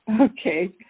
Okay